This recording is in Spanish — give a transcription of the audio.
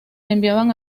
enviaban